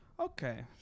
Okay